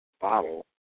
bottle